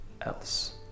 else